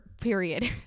period